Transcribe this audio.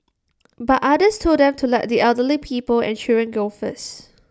but others told them to let the elderly people and children go first